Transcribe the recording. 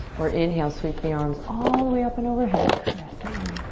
or inhale, sweep the arms all the way up and overhead, crescent